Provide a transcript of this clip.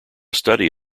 study